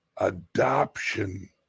adoption